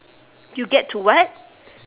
you get to what